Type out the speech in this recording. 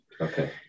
Okay